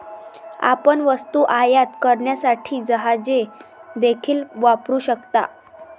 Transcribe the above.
आपण वस्तू आयात करण्यासाठी जहाजे देखील वापरू शकता